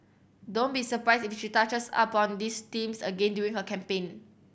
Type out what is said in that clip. don't be surprised if she touches upon these themes again during her campaign